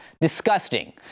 Disgusting